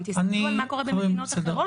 תסתכלו גם על מה קורה במדינות אחרות.